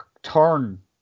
turn